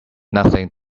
nothing